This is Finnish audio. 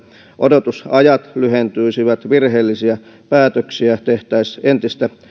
odotusajat lyhentyisivät virheellisiä päätöksiä tehtäisiin entistä